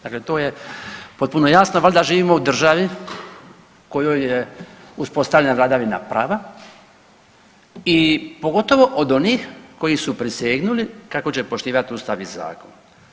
Dakle, to je potpuno jasno valjda živimo u državi u kojoj je uspostavljena vladavina prava i pogotovo od onih koji su prisegnuli kako će poštivati Ustav i zakon.